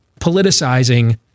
politicizing